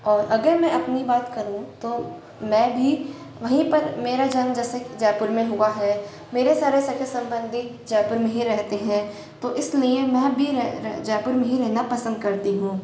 और अगर मैं अपनी बात करूँ तो मै भी वहीं पर मेरा जन्म जैसे जयपुर में हुआ है मेरे सारे सगे संबंधी जयपुर में ही रहते हैं तो इसीलिए मै भी रह रह जयपुर में ही रहना पसंद करती हूँ